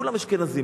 כולם אשכנזים.